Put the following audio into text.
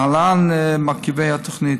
להלן מרכיבי התוכנית: